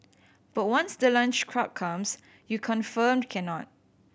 but once the lunch crowd comes you confirmed cannot